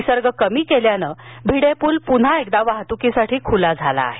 विसर्ग कमी केल्यानं भिडेपूल पुन्हा वाहतूकीसाठी खूला झाला आहे